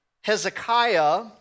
Hezekiah